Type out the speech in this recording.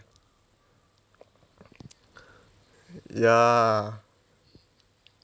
ya